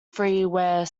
freeware